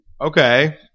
Okay